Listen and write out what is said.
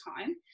time